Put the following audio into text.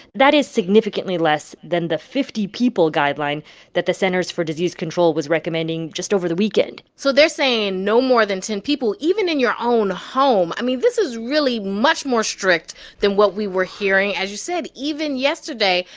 that is significantly less than the fifty people guideline that the centers for disease control was recommending just over the weekend so they're saying no more than ten people even in your own home. i mean, this is really much more strict than what we were hearing, as you said, even yesterday.